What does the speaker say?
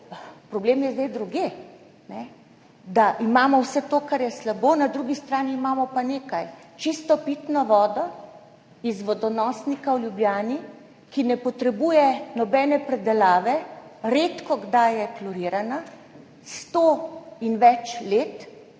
Problem je zdaj drugje, da imamo vse to, kar je slabo. Na drugi strani imamo pa nekaj, čisto pitno vodo iz vodonosnika v Ljubljani, ki ne potrebuje nobene predelave, redkokdaj je klorirana, sto in več let